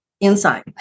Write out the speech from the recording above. inside